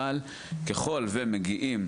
אבל ככול שמגיעות